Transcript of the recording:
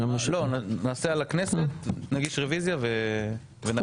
לא, נעשה על הכנסת, נגיש רביזיה ונחליט.